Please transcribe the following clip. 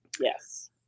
Yes